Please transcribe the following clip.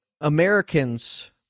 Americans